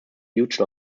huge